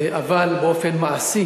אבל באופן מעשי